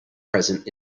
present